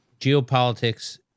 geopolitics